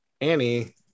Annie